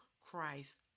Christ